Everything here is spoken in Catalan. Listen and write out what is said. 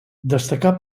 destacà